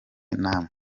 namwe